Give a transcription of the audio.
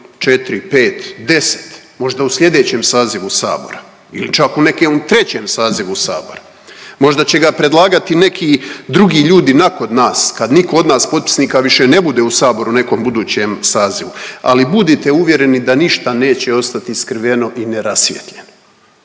godinu, 4, 5, 10, možda u slijedećem sazivu sabora ili čak u nekom trećem sazivu sabora. Možda će ga predlagati neki drugi ljudi nakon nas kad nitko od nas potpisnika više ne bude u saboru u nekom budućem sazivu, ali budite uvjereni da ništa neće ostati skriveno i nerasvijetljeno